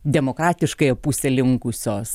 demokratiškąją pusę linkusios